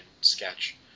sketch